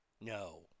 No